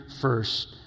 first